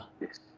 Yes